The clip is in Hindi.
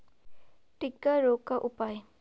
टिक्का रोग का उपाय?